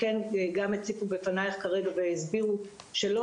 כמו שגם הציגו בפנייך כרגע והסבירו שלא